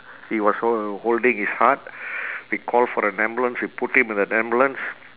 he was hol~ holding his heart we call for an ambulance we put him in an ambulance